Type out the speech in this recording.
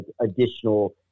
additional